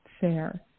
fair